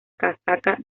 casaca